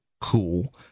cool